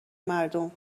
مردم